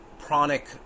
pranic